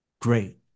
great